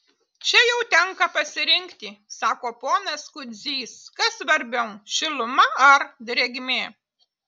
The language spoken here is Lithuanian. čia jau tenka pasirinkti sako ponas kudzys kas svarbiau šiluma ar drėgmė